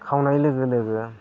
खावनाय लोगो लोगो